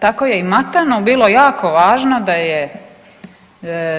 Tako je i Matanu bilo jako važno da je